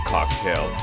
Cocktail